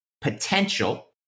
potential